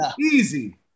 easy